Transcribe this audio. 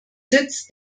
sitz